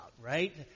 right